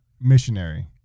Missionary